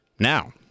Now